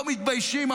לא מתביישים.